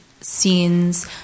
scenes